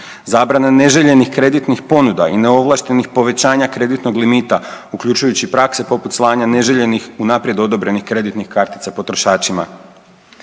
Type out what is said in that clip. Zabrana neželjenih kreditnih ponuda i neovlaštenih povećanja kreditnog limita uključujući i prakse poput slanja neželjenih unaprijed odobrenih kreditnih kartica potrošačima.